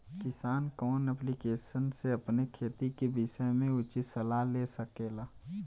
किसान कवन ऐप्लिकेशन से अपने खेती के विषय मे उचित सलाह ले सकेला?